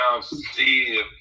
see